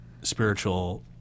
spiritual